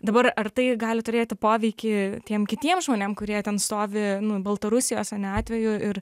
dabar ar tai gali turėti poveikį tiem kitiem žmonėm kurie ten stovi nu baltarusijos ane atveju ir